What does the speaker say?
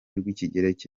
rw’ikigereki